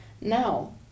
Now